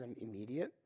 immediate